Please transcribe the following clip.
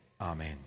Amen